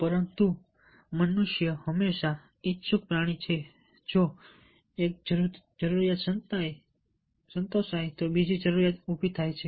પરંતુ મનુષ્ય હંમેશા ઈચ્છુક પ્રાણી છે જો એક જરૂરિયાત સંતોષાય તો બીજી જરૂરિયાત ઉભી થાય છે